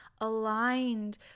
aligned